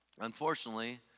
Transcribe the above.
Unfortunately